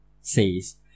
says